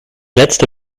letzte